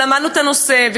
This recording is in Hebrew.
ולמדנו את הנושא,